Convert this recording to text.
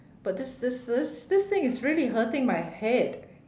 but this this this this thing is really hurting my head